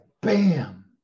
Bam